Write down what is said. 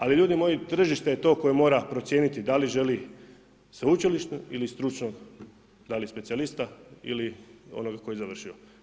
Ali ljudi moji tržište je to koje mora procijeniti da li želi sveučilišno ili stručno, da li specijalista ili onog koji je završio.